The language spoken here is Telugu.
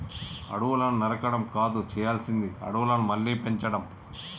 అడవులను నరకడం కాదు చేయాల్సింది అడవులను మళ్ళీ పెంచడం